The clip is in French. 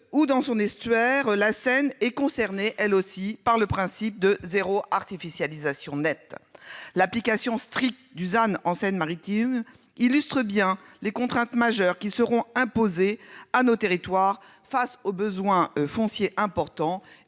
ou dans son estuaire. La scène est concernée elle aussi par le principe de zéro artificialisation nette l'application stricte Dusan en Seine Maritime illustrent bien les contraintes majeures qui seront imposées à nos territoires face aux besoins fonciers importants